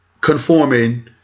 conforming